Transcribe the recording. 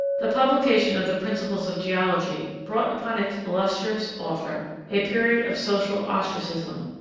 the publication of the principles of geology brought upon its illustrious author a period of social ostracism